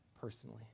personally